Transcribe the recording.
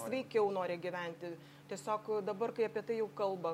sveikiau nori gyventi tiesiog dabar kai apie tai jau kalba